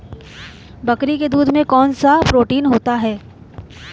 बकरी के दूध में कौनसा प्रोटीन होता है?